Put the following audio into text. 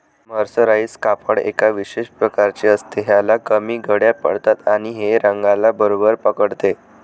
mercerise कापड एका विशेष प्रकारचे असते, ह्याला कमी घड्या पडतात आणि हे रंगाला बरोबर पकडते